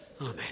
Amen